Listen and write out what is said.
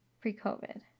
Pre-COVID